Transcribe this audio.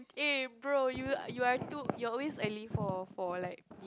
eh bro you you are too you are always early for for like